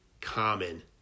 common